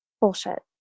bullshit